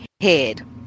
head